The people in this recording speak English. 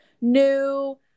new